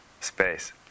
space